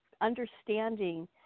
understanding